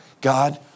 God